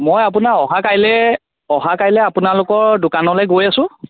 মই আপোনাৰ অহা কাইলে অহা কাইলে আপোনালোকৰ দোকানত গৈ আছোঁ